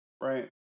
right